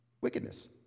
Wickedness